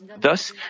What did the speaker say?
Thus